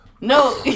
No